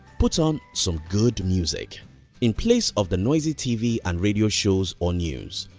put on some good music in place of the noisy tv and radio shows or news,